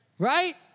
Right